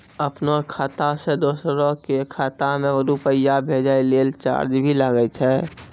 आपनों खाता सें दोसरो के खाता मे रुपैया भेजै लेल चार्ज भी लागै छै?